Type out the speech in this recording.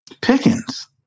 Pickens